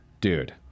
Dude